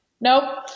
Nope